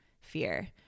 fear